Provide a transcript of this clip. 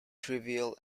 trivial